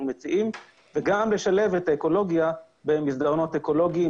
מציעים וגם לשלב את האקולוגיה במסדרונות אקולוגיים,